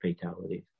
fatalities